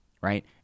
right